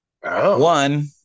one